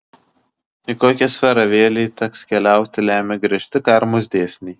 į kokią sferą vėlei teks keliauti lemia griežti karmos dėsniai